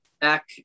back